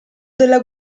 della